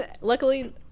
luckily